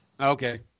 okay